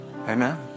Amen